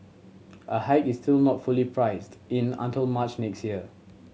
a hike is still not fully priced in until March next year